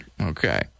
Okay